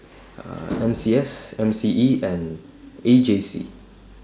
N C S M C E and A J C